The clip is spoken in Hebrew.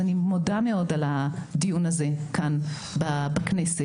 אני מודה מאוד על הדיון הזה כאן בכנסת.